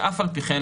ואף על פי כן,